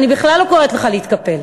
אני בכלל לא קוראת לך להתקפל,